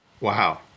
Wow